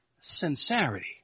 sincerity